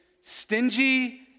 stingy